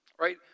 Right